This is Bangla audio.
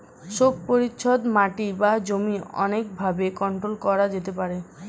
শোক পরিচ্ছদ মাটি বা জমি অনেক ভাবে কন্ট্রোল করা যেতে পারে